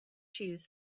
shoes